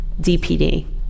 DPD